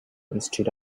instead